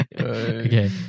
okay